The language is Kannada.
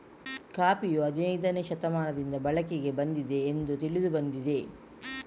ಕಾಫಿಯು ಹದಿನೈದನೇ ಶತಮಾನದಿಂದ ಬಳಕೆಗೆ ಬಂದಿದೆ ಎಂದು ತಿಳಿದು ಬಂದಿದೆ